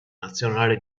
nazionale